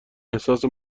احساس